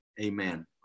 Amen